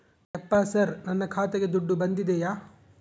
ಯಪ್ಪ ಸರ್ ನನ್ನ ಖಾತೆಗೆ ದುಡ್ಡು ಬಂದಿದೆಯ?